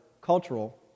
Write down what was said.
cultural